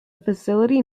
facility